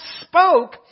spoke